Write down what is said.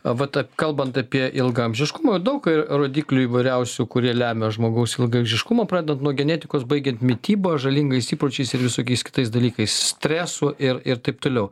va ta kalbant apie ilgaamžiškumą daug ir rodiklių įvairiausių kurie lemia žmogaus ilgaamžiškumą pradedant nuo genetikos baigiant mityba žalingais įpročiais ir visokiais kitais dalykais stresu ir ir taip toliau